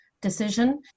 decision